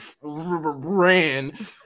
Ran